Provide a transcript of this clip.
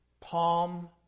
Palm